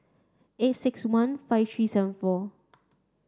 eight six one five three seven four